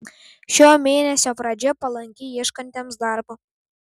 šio mėnesio pradžia palanki ieškantiems darbo